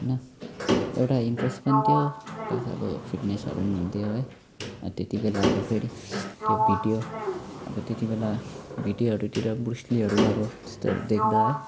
होइन एउटा इन्ट्रेस पनि थियो प्लस अब फिटनेसहरू पनि हुन्थ्यो है आ त्यति बेला अब फेरि त्यो भिडियो अब त्यति बेला भिडियोहरूतिर ब्रुस लीहरू अब त्यस्तोहरू देख्दा है